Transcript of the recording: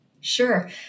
Sure